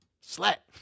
Slap